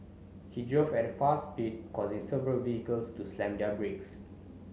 he drove at a fast speed causing several vehicles to slam their brakes